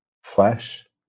flesh